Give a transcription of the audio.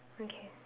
okay